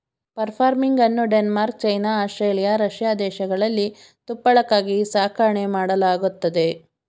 fur ಫಾರ್ಮಿಂಗನ್ನು ಡೆನ್ಮಾರ್ಕ್, ಚೈನಾ, ಆಸ್ಟ್ರೇಲಿಯಾ, ರಷ್ಯಾ ದೇಶಗಳಲ್ಲಿ ತುಪ್ಪಳಕ್ಕಾಗಿ ಸಾಕಣೆ ಮಾಡಲಾಗತ್ತದೆ